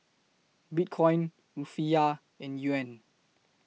Bitcoin Rufiyaa and Yuan